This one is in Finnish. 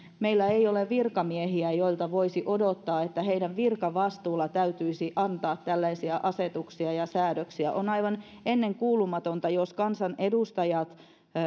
meillä ei ole virkamiehiä joilta voisi odottaa että heidän virkavastuulla täytyisi antaa tällaisia asetuksia ja säädöksiä on aivan ennenkuulumatonta jos kansanedustajat